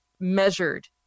measured